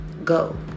Go